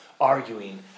arguing